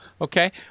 okay